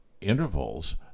intervals